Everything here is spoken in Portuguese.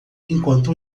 enquanto